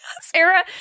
Sarah